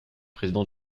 président